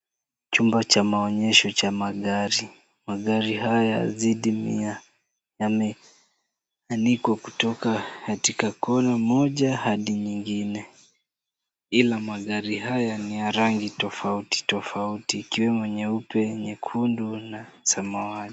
Chumba cha maonyesho cha magari. Magari haya yanazidi mia. Yameandikwa kutoka kona moja hadi ingine. Ila magari haya ni ya rangi tofauti tofauti ikiwemo nyeupe, nyekundu na samawati.